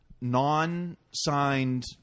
non-signed